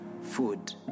food